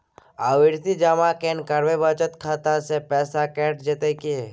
आवर्ति जमा केना करबे बचत खाता से पैसा कैट जेतै की?